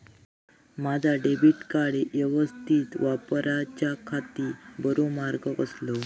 माजा debit card यवस्तीत वापराच्याखाती बरो मार्ग कसलो?